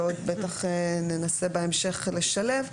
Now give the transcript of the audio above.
בטח ננסה בהמשך לשלב,